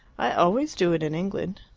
i always do it in england.